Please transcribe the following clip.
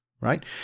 right